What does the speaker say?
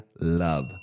love